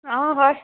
অঁ হয়